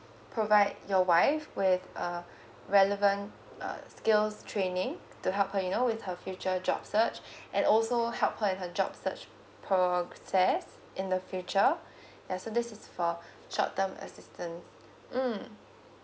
provide your wife with uh relevant uh skills training to help her you know with her future job search and also help her in her job search process in the future yeah so this is for short term assistance mm